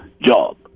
job